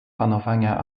panowania